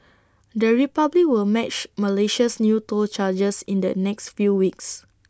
the republic will match Malaysia's new toll charges in the next few weeks